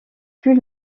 plus